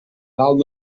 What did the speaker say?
dalt